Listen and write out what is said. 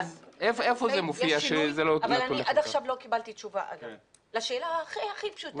אני עד עכשיו לא קיבלתי תשובה לשאלה הכי פשוטה,